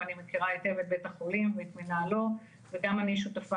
ואני מכירה היטב את בית החולים ואת מנהלו וגם אני שותפה